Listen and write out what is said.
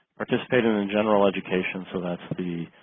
participated in general education so that's the